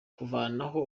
kuvanaho